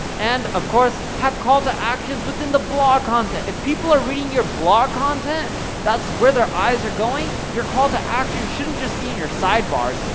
and of course, have call to actions within the blog content. if people are reading your blog content that's where their eyes are going, your call to action shouldn't just be in your sidebars,